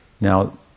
Now